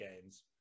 games